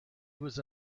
was